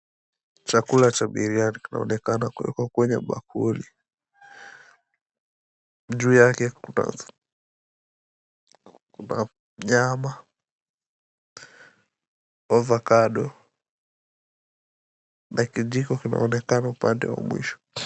Chakula cha biriani kinaonekana kuwekwa kwenye bakuli. Juu yake kuna nyama, avocado na kijiko kinaonekana upande wa mwisho.